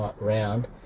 round